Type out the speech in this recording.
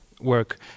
work